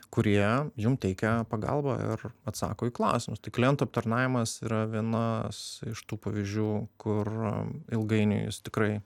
kurie jum teikia pagalbą ir atsako į klausimus tai klientų aptarnavimas yra vienas iš tų pavyzdžių kur ilgainiui jis tikrai